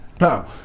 Now